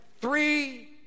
three